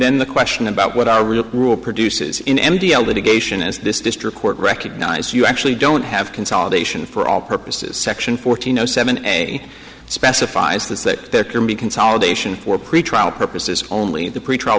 then the question about what are real rule produces in m t l litigation is this district court recognize you actually don't have consolidation for all purposes section fourteen zero seven a specifies that there can be consolidation for pretrial purposes only the pretrial